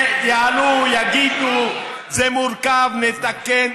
יעלו, יגידו: זה מורכב, נתקן.